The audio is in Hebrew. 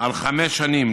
על חמש שנים,